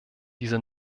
diese